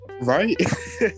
right